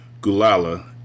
Gulala